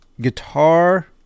Guitar